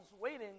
waiting